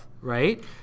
right